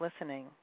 listening